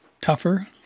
tougher